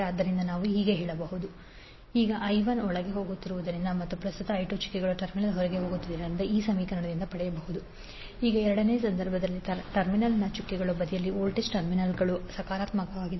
ಆದ್ದರಿಂದ ನಾವು ಹೇಳಬಹುದು V2V1N2N1 ಈಗಿನ II1ಒಳಗೆ ಹೋಗುತ್ತಿರುವುದರಿಂದ ಮತ್ತು ಪ್ರಸ್ತುತ I2ಚುಕ್ಕೆಗಳ ಟರ್ಮಿನಲ್ ಹೊರಗೆ ಹೋಗುತ್ತಿರುವುದರಿಂದ I2I1N1N2 ಈಗ ಎರಡನೇ ಸಂದರ್ಭದಲ್ಲಿ ಟರ್ಮಿನಲ್ನ ಚುಕ್ಕೆಗಳ ಬದಿಯಲ್ಲಿ ವೋಲ್ಟೇಜ್ ಟರ್ಮಿನಲ್ಗಳು ಸಕಾರಾತ್ಮಕವಾಗಿವೆ